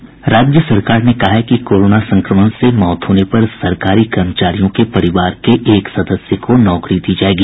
समाचार का से अलका सिंह राज्य सरकार ने कहा है कि कोरोना संक्रमण से मौत होने पर सरकारी कर्मचारियों के परिवार के एक सदस्य को नौकरी दी जायेगी